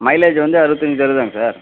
mileage வந்து அறுபத்தஞ்சு தருதாங்க சார்